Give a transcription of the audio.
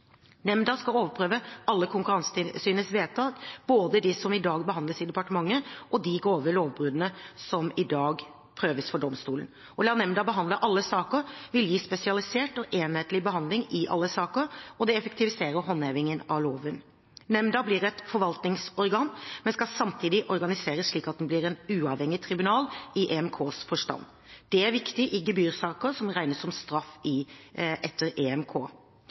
Nemnda skal overprøve alle Konkurransetilsynets vedtak – både de som i dag behandles i departementet, og de grove lovbruddene som i dag prøves for domstolene. Å la nemnda behandle alle saker vil gi en spesialisert og enhetlig behandling i alle saker, og det effektiviserer håndhevingen av loven. Nemnda blir et forvaltningsorgan, men skal samtidig organiseres slik at den blir et uavhengig tribunal i EMKs forstand. Det er viktig i gebyrsaker, som regnes som straff etter EMK.